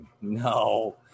No